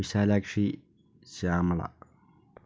Vishalakshi Shyamala